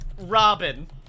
Robin